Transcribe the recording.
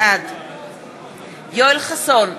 בעד יואל חסון,